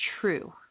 true